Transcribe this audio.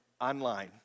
online